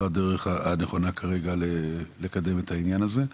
הדרך הנכונה לקדם את העניין הזה כרגע,